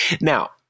Now